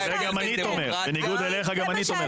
זה גם אני תומך, בניגוד אליך גם אני תומך.